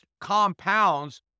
compounds